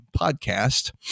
podcast